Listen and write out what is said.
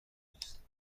نیست